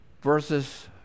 versus